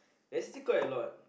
there's still quite a lot